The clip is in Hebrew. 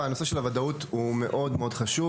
הנושא של הוודאות הוא מאוד חשוב,